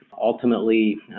ultimately